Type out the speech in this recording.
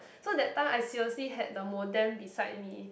so that time I seriously had the modem beside me